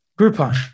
Groupon